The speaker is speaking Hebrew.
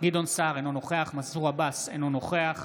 גדעון סער, אינו נוכח מנסור עבאס, אינו נוכח